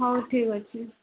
ହଉ ଠିକ ଅଛି